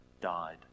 died